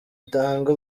itanga